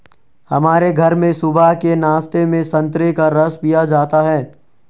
हमारे घर में सुबह के नाश्ते में संतरे का रस पिया जाता है